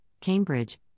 Cambridge